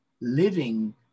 living